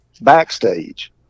backstage